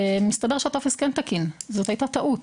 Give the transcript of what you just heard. מסתבר שהטופס כן תקין, זו הייתה טעות.